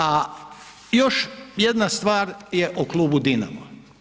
A još jedna stvar je o klubu Dinamo.